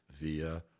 via